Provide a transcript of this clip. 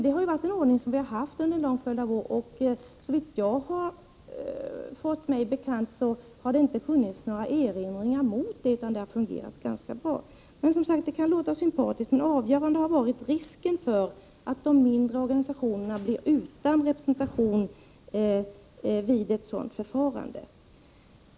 Det är en ordning som vi har haft under en lång följd av år, och såvitt jag har fått mig bekant har det inte funnits några erinringar mot den, utan den har fungerat ganska bra. Som sagt kan reservanternas förslag låta sympatiskt, men avgörande har varit risken för att de mindre organisationerna blir utan representation vid ett sådant förfarande.